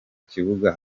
kibuga